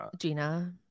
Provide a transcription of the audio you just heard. Gina